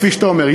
כפי שאתה אומר.